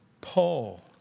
Paul